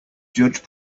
judge